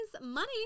money